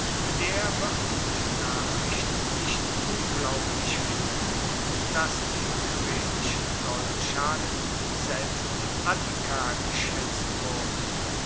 der wird die nachricht nicht unglaublich finden dass die tyrrhenischen goldschalen selbst in attika geschaetzt wurden